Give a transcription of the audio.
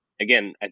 again